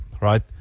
right